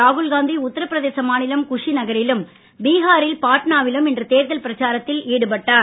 ராகுல்காந்தி உத்தரப்பிரதேசம் மாநிலம் குஷி நகரும் பீஹாரில் பாட்னாவிலும் இன்று தேர்தல் பிரச்சாரத்தில் ஈடுபட்டார்